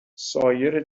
سایر